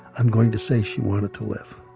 i'm going to say she wanted to live.